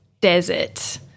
desert